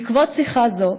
בעקבות שיחה זו,